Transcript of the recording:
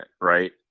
right